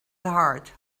heart